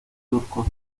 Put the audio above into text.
turcos